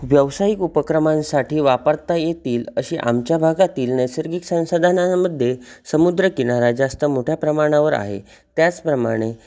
व्यावसायिक उपक्रमांसाठी वापरता येतील अशी आमच्या भागातील नैसर्गिक संसाधनांमध्ये समुद्रकिनारा जास्त मोठ्या प्रमाणावर आहे त्याचप्रमाणे